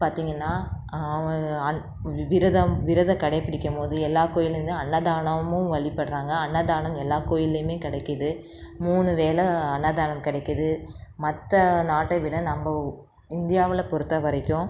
பார்த்தீங்கன்னா அன் விரதம் விரதம் கடைப்பிடிக்கும் போது எல்லா கோயில்லேருந்தும் அன்னதானமும் வழிபடறாங்க அன்னதானம் எல்லா கோயில்லையுமே கிடைக்கிது மூணு வேளை அன்னதானம் கிடைக்கிது மற்ற நாட்டை விட நம்ப இந்தியாவில் பொருத்த வரைக்கும்